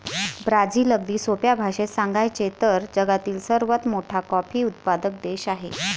Brazil, अगदी सोप्या भाषेत सांगायचे तर, जगातील सर्वात मोठा कॉफी उत्पादक देश आहे